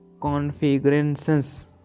configurations